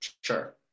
sure